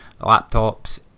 laptops